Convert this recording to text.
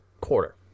quarter